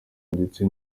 ndetse